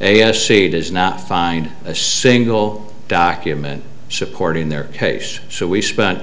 a s c does not find a single document supporting their case so we spent